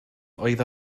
oedd